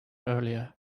earlier